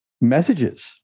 messages